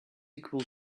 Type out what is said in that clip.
equal